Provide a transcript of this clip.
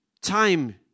time